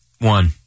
one